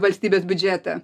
valstybės biudžetą